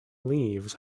leaves